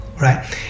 right